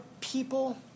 people